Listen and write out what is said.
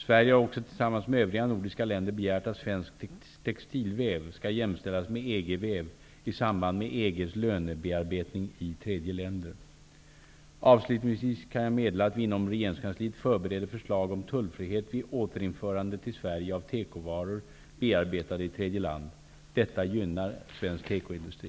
Sverige har också tillsammans med övriga nordiska länder begärt att svensk textilväv skall jämställas med EG Avslutningsvis kan jag meddela att vi inom regeringskansliet förbereder förslag om tullfrihet vid återförande till Sverige av tekovaror bearbetade i tredje land. Detta gynnar svensk tekoindustri.